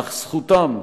אך זכותם,